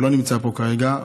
שלא נמצא פה כרגע,